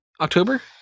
October